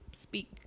speak